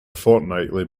fortnightly